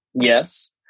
Yes